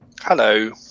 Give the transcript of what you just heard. Hello